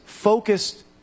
focused